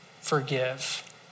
forgive